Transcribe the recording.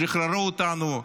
שחררו אותנו,